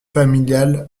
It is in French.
familiales